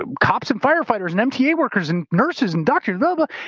ah cops and firefighters, and mta workers, and nurses and doctors, blah blah,